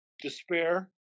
despair